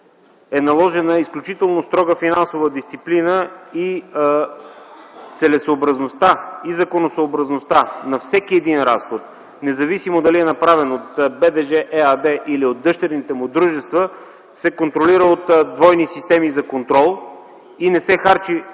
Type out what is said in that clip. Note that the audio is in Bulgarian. е наложена изключително строга финансова дисциплина и целесъобразността и законосъобразността на всеки един разход, независимо дали е направен от БДЖ ЕАД или от дъщерните му дружества, се контролира от двойни системи за контрол. Нито един